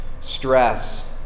stress